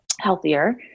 healthier